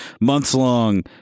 months-long